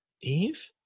Eve